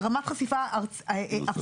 ברמת חשיפה ארצית,